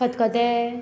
खतखतें